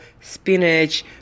spinach